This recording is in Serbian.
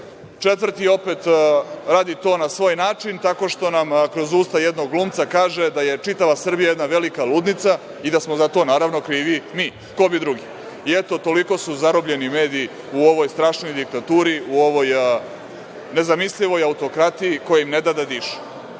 Četvrti, opet, radi to na svoj način tako što nam kroz usta jednog glumca kaže da je čitava Srbija jedna velika ludnica i da smo za to, naravno, krivi mi. Ko bi drugi? Eto, toliko su zarobljeni mediji u ovoj strašnoj diktaturi, u ovoj nezamislivoj autokratiji koja im ne da da